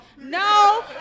No